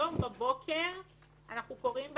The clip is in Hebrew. היום בבוקר אנחנו קוראים בעיתון,